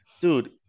dude